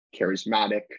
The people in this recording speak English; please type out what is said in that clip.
charismatic